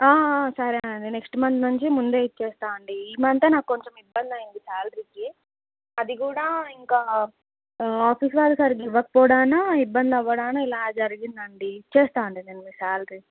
సరేనండి next month నుంచి ముందే ఇచ్చేస్తాను అండి ఈ మంతే నాకు కొంచెం ఇబ్బంది అయ్యంది శాలరీకి అది కూడా ఇంకా ఆఫీస్ వారు సరిగ్గా ఇవ్వకపోవడానా ఇబ్బంది అవ్వడానా ఇలా జరిగిందండి ఇచ్చేస్తాను అండి నేను మీ శాలరీ